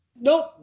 Nope